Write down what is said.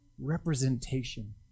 representation